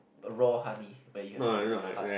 raw honey but you have to use hard